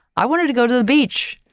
i wanted to go to the beach,